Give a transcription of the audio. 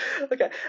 Okay